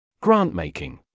Grant-making